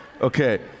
Okay